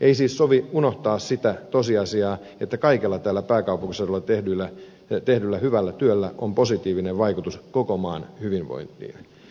ei siis sovi unohtaa sitä tosiasiaa että kaikella tällä pääkaupunkiseudulla tehdyllä hyvällä työllä on positiivinen vaikutus koko maan hyvinvointiin